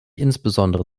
insbesondere